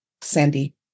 Sandy